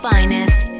Finest